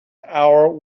our